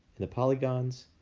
and the polygons,